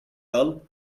all